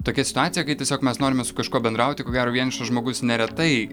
tokia situacija kai tiesiog mes norime su kažkuo bendrauti ko gero vienišas žmogus neretai